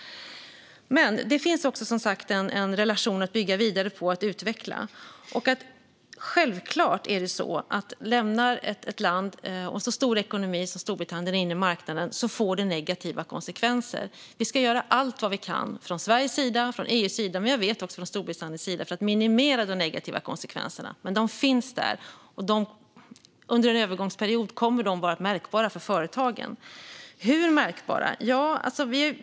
Men det finns också som sagt en relation att bygga vidare på och utveckla. Självklart är det så att om ett land och en stor ekonomi som Storbritannien lämnar den inre marknaden får det negativa konsekvenser. Vi ska göra allt vi kan, från Sveriges och EU:s sida men också, vet jag, från Storbritanniens sida för att minimera de negativa konsekvenserna. Men de finns där, och under en övergångsperiod kommer de att vara märkbara för företagen. Hur märkbara?